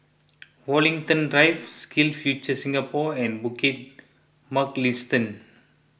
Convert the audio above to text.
Woollerton Drive SkillsFuture Singapore and Bukit Mugliston